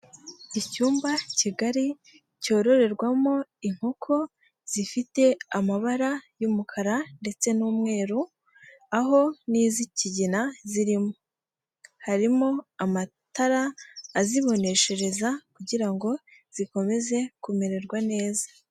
Icyumba kigari cyororerwamo inkoko zifite amabara y'umukara ndetse n'umweru aho n'iz'ikigina zirimo, harimo amatara aziboneshereza kugira ngo zikomeze kumererwa neza.